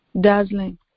dazzling